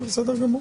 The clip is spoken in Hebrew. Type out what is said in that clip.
אבל בסדר גמור.